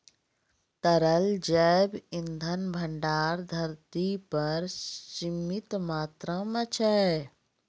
तरल जैव इंधन भंडार धरती पर सीमित मात्रा म छै